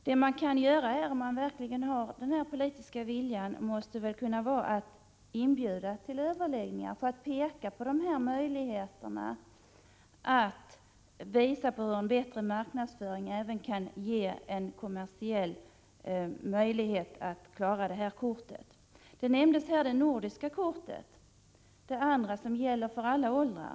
Det regeringen nu kan göra, om den verkligen har den politiska viljan, är att inbjuda till överläggningar för att peka på hur en bättre marknadsföring kan ge SJ även en kommersiell möjlighet att klara verksamheten med ungdomsresekortet. Sven Hulterström nämnde här det nordiska kort som gäller för alla åldrar.